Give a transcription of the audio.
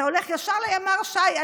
אתה הולך ישר לימ"ר ש"י?